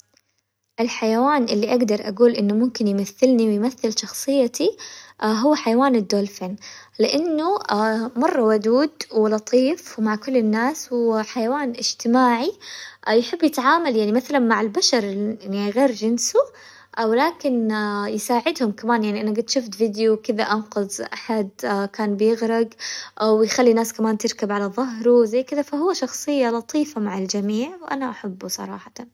الحيوان اللي اقدر اقول انه ممكن يمثلني ويمثل شخصيتي هو حيوان الدولفين، لأنه مرة ودود ولطيف ومع كل الناس وحيوان اجتماعي، يحب يتعامل يعني مثلا مع البشر يعني غير جنسه او لكن يساعدهم كمان، يعني أنا قد شفت فيديو وكذا أنقذ أحد كان بيغرق، و يخلي الناس كمان تركب على ظهره زي كذا، فهو شخصية لطيفة مع الجميع وانا احبه صراحة.